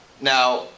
Now